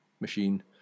machine